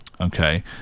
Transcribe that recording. Okay